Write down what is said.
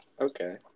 Okay